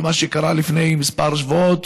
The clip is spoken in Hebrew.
מה שקרה לפני כמה שבועות.